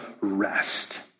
rest